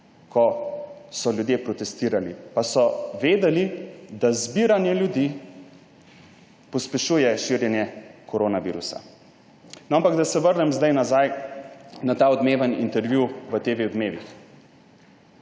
ko so ljudje protestirali, pa so vedeli, da zbiranje ljudi pospešuje širjenje koronavirusa. No, ampak da se vrnem zdaj nazaj na ta odmeven intervju v TV Odmevih.